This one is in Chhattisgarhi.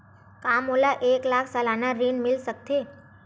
का मोला एक लाख सालाना ऋण मिल सकथे?